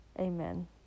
Amen